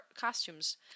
costumes